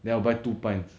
then I'll buy two pints